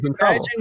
Imagine